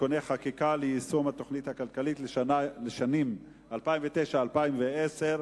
(תיקוני חקיקה ליישום התוכנית הכלכלית לשנים 2009 ו-2010),